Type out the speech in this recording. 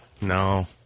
No